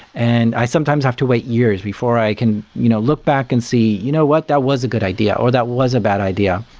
and i sometimes have to wait years before i can you know look back and see, you know what? that was a good idea, or that was a bad idea,